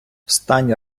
встань